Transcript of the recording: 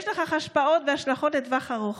יש לכך השפעות והשלכות לטווח ארוך.